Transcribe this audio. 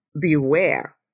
beware